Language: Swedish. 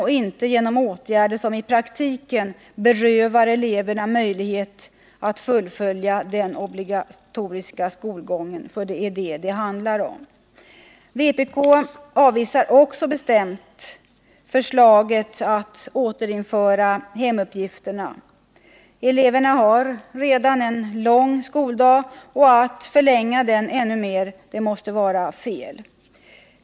Det skall inte ske genom åtgärder, som i praktiken berövar eleverna möjligheter att fullfölja den obligatoriska skolgången. Det är detta det handlar om. Vpk avvisar också bestämt förslaget om att återinföra hemuppgifterna. Eleverna har redan en lång skoldag och att förlänga den ännu mer måste vara fel.